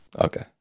okay